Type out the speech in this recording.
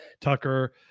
Tucker